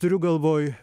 turiu galvoj